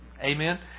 Amen